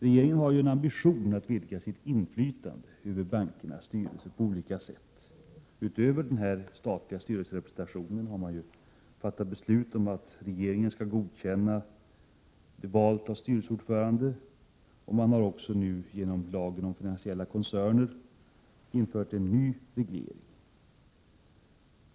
Regeringen har ju en ambition att på olika sätt vidga sitt inflytande över bankernas styrelser. Utöver den statliga styrelserepresentationen har man ju fattat beslut om att regeringen skall godkänna valet av styrelseordförande. Genom lagen om finansiella koncerner har man också infört en ny reglering.